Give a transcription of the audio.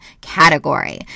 category